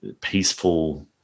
peaceful